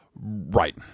Right